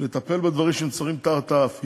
לטפל בדברים שנמצאים מתחת האף.